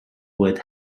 would